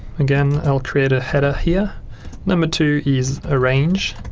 again i'll create a header here number two is arrange